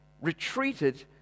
retreated